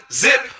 zip